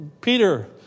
Peter